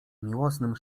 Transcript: miłosnym